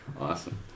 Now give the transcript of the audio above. Awesome